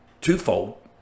twofold